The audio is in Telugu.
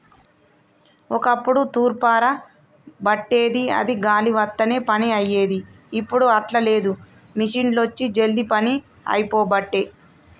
ఒక్కప్పుడు తూర్పార బట్టేది అది గాలి వత్తనే పని అయ్యేది, ఇప్పుడు అట్లా లేదు మిషిండ్లొచ్చి జల్దీ పని అయిపోబట్టే